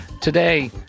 Today